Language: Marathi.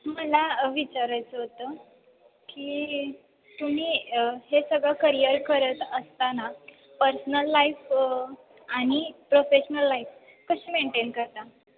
मला विचारायचं होतं की तुम्ही हे सगळं करियर करत असताना पर्सनल लाईफ आणि प्रोफेशनल लाईफ कशी मेंटेन करता